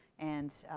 and